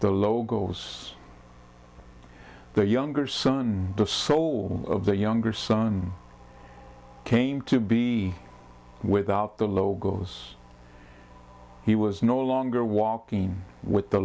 the logos the younger son the soul of the younger son came to be without the logos he was no longer walking with the